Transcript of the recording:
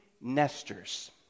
nesters